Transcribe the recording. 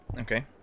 okay